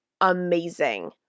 amazing